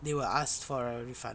they will ask for a refund